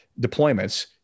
deployments